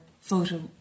photo